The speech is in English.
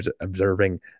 observing